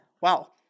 Wow